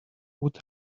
would